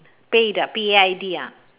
paid ah P A I D ah